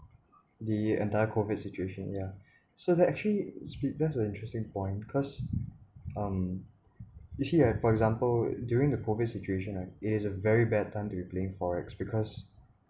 the entire COVID situation ya so that actually that's an interesting point cause um you see ah for example during the COVID situation ah it is a very bad time to be playing forex because